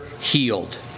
healed